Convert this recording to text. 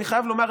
אני חייב לומר,